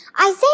Isaiah